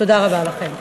תודה רבה לכם.